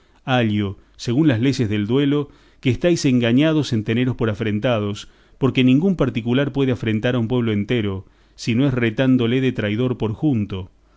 hallo según las leyes del duelo que estáis engañados en teneros por afrentados porque ningún particular puede afrentar a un pueblo entero si no es retándole de traidor por junto